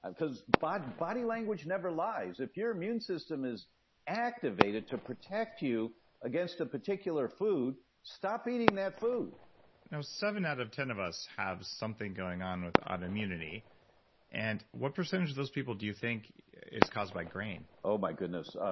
and because body body language never lies. if you're immune system is activated to protect you against a particular food, stop eating that food now, seven out of ten of us have something going on in with autoimmunity and what percentage of those people do you think is caused by grain? oh my goodness.